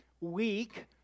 weak